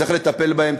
צריך לטפל בהם,